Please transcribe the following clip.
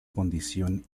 condición